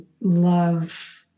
love